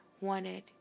wanted